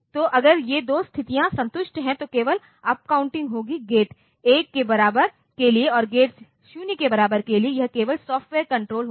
तो अगर ये दो स्थितियां संतुष्ट हैं तो केवल अपकाउंटिंग होगी गेट 1 के बराबर के लिए और गेट 0 के बराबर के लिए यह केवल सॉफ्टवेयर कण्ट्रोल होगा